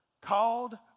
called